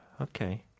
Okay